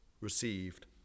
received